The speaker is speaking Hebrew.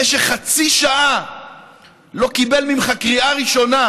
במשך חצי שעה לא קיבל ממך קריאה ראשונה,